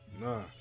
Nah